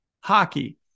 hockey